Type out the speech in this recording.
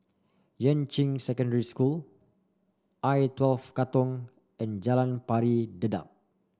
Yuan Ching Secondary School I twelve Katong and Jalan Pari Dedap